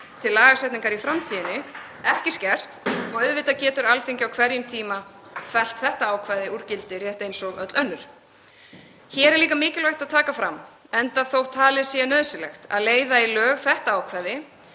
til lagasetningar í framtíðinni ekki skert og auðvitað getur Alþingi á hverjum tíma fellt þetta ákvæði úr gildi rétt eins og öll önnur. Hér er líka mikilvægt að taka fram að enda þótt talið sé nauðsynlegt að leiða í lög þetta ákvæði